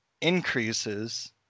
increases